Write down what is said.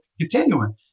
continuing